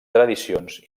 tradicions